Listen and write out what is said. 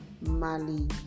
Mali